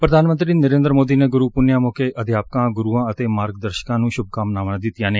ਪ੍ਰਧਾਨ ਮੰਤਰੀ ਨਰੇਦਰ ਮੋਦੀ ਨੇ ਗੁਰੂ ਪੁੰਨਿਆ ਮੌਕੇ ਅਧਿਆਪਕਾਂ ਗੁਰੂਆਂ ਅਤੇ ਮਾਰਗਦਰਸ਼ਕਾਂ ਨੂੰ ਸੁਭ ਕਾਮਨਾਵਾਂ ਦਿੱਤੀਆਂ ਨੇ